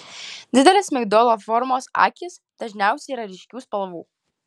didelės migdolo formos akys dažniausiai yra ryškių spalvų